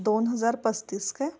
दोन हजार पस्तीस काय